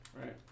right